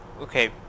okay